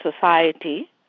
society